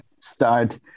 start